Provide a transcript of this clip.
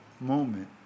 moment